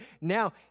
now